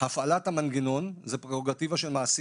הפעלת המנגנון היא פררוגטיבה של מעסיק.